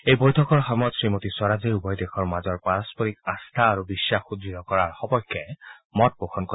এই বৈঠকৰ সময়ত শ্ৰীমতী স্বৰাজে উভয় দেশৰ মাজৰ পাৰস্পৰিক আস্থা আৰু বিশ্বাস সুদ্ঢ় কৰাৰ সপক্ষে মতপোষণ কৰে